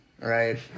Right